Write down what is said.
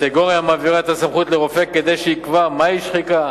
קטגוריה המעבירה את הסמכות לרופא כדי שיקבע מהי שחיקה,